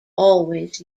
always